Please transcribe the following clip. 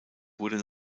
wurde